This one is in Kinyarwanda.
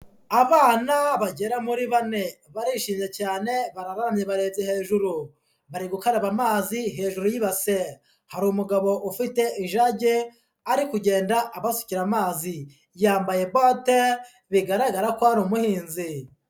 Abana bagera muri bane barishimye cyane bararamye barebye hejuru, bari gukaraba amazi hejuru y'ibase, hari umugabo ufite ijage ari kugenda abasukirara amazi, yambaye bote bigaragara ko ari umuhinzi.